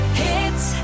hits